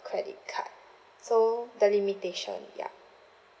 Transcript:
credit card so the limitation yeah